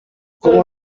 como